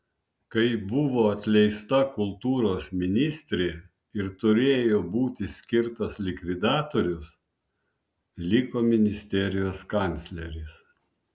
kai buvo atleista kultūros ministrė ir turėjo būti skirtas likvidatorius liko ministerijos kancleris